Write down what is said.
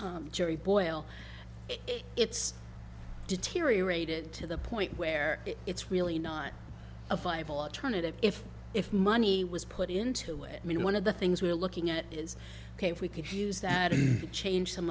gerry boyle it's deteriorated to the point where it's really not a viable alternative if if money was put into it i mean one of the things we're looking at is ok if we could use that to change some